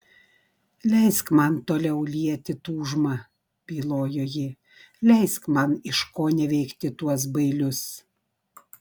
leisk man toliau lieti tūžmą bylojo ji leisk man iškoneveikti tuos bailius